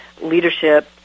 leadership